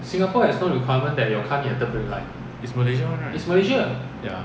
it's malaysia [one] right ya